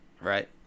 Right